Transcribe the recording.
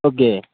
okay